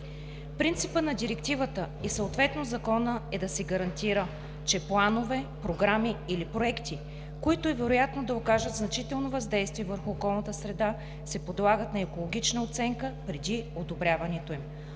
Принципът на Директивата и съответно Законът е да се гарантира, че планове, програми или проекти, които е вероятно да окажат значително въздействие върху околната среда, се подлагат на екологична оценка преди одобряването им.